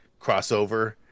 crossover